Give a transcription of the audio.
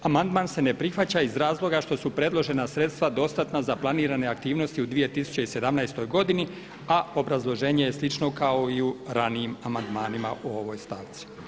Amandman se ne prihvaća iz razloga što su predložena sredstva dostatna za planirane aktivnosti u 2017. godini, a obrazloženje je slično kao i ranijim amandmanima u ovoj stavci.